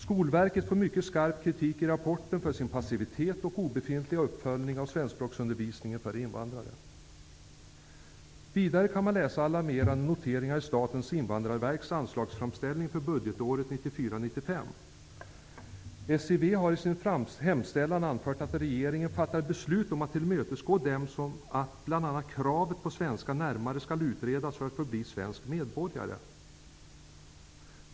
Skolverket får mycket skarp kritik i rapporten för sin passivitet och obefintliga uppföljning av svenskspråksundervisningen för invandrare. Vidare kan man läsa alarmerande noteringar i SIV har i sin hemställan anfört att regeringen fattar beslut om att tillmötesgå dem när det gäller att bl.a. kravet på svenska närmare skall utredas för att någon skall få bli svensk medborgare.